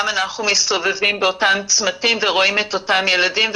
גם אנחנו מסתובבים באותן צמתים ורואים את אותם ילדים,